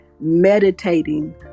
meditating